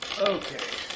Okay